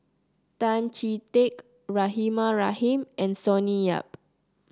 Tan Chee Teck Rahimah Rahim and Sonny Yap